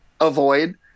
avoid